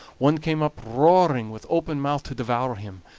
one came up roaring with open mouth to devour him,